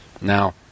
Now